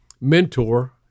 mentor